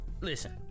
Listen